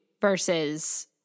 versus